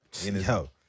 Yo